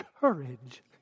courage